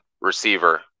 receiver